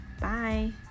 bye